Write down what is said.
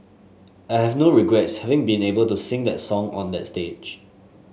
I have no regrets having been able to sing that song on that stage